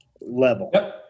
Level